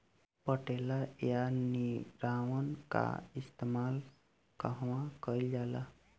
पटेला या निरावन का इस्तेमाल कहवा कइल जाला?